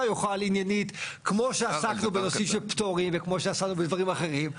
כמו שקרה בנושא של פטורים ובדברים אחרים.